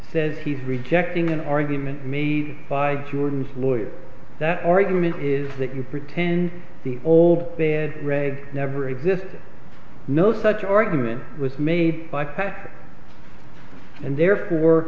says he's rejecting an argument made by jordan's lawyer that argument is that you pretend the old bed read never existed no such argument was made by and therefore